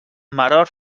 maror